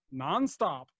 nonstop